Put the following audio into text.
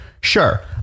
Sure